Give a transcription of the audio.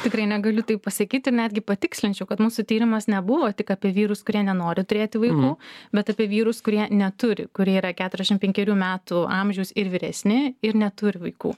tikrai negaliu taip pasakyti netgi patikslinčiau kad mūsų tyrimas nebuvo tik apie vyrus kurie nenori turėti vaikų bet apie vyrus kurie neturi kurie yra keturiasdešim penkerių metų amžiaus ir vyresni ir neturi vaikų